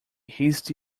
hasty